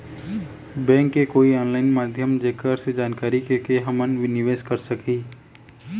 Bank के कोई online माध्यम जेकर से जानकारी के के हमन निवेस कर सकही?